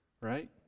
Right